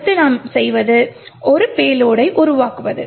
அடுத்து நாம் செய்வது ஒரு பேலோடை உருவாக்குவது